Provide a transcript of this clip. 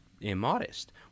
immodest